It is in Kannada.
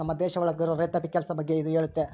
ನಮ್ ದೇಶ ಒಳಗ ಇರೋ ರೈತಾಪಿ ಕೆಲ್ಸ ಬಗ್ಗೆ ಇದು ಹೇಳುತ್ತೆ